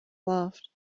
loved